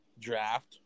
draft